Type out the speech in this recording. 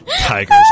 tigers